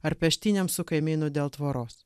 ar peštynėms su kaimynu dėl tvoros